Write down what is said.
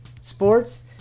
Sports